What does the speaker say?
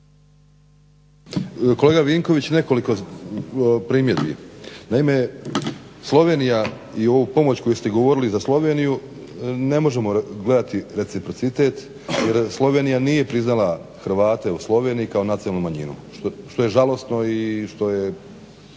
Kolega Vinković nekoliko primjedbi. Naime, Slovenija i ovu pomoć koju ste govorili za Sloveniju ne možemo gledati reciprocitet jer Slovenije nije priznala Hrvate u Sloveniji kao nacionalnu manjinu što je žalosno i zaista